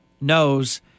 knows